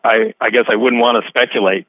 i i guess i wouldn't want to speculate